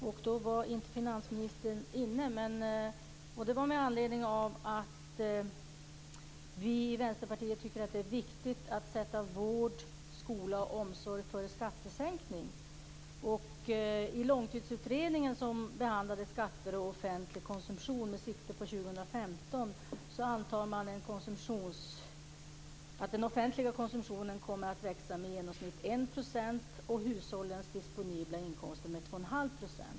Fru talman! Jag ställde en fråga i mitt huvudanförande. Då var inte finansministern inne. Det var med anledning av att vi i Vänsterpartiet tycker att det är viktigt att sätta vård, skola och omsorg före skattesänkningar. I Långtidsutredningen, som behandlade skatter och offentlig konsumtion med sikte på 2015, antar man att den offentliga konsumtionen kommer att växa med i genomsnitt 1 % och hushållens disponibla inkomster med 2,5 %.